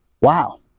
Wow